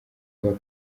kuba